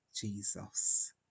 Jesus